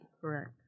Correct